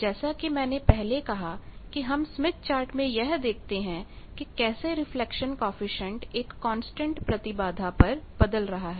जैसा कि मैंने पहले कहा कि हम स्मिथ चार्ट में यह देखते हैं कि कैसे रिफ्लेक्शन कॉएफिशिएंट एक कांस्टेंट प्रतिबाधा पर बदल रहा है